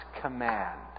command